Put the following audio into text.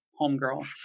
homegirl